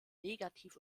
negativ